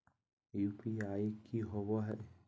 UPI की होवे हय?